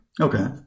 Okay